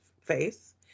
face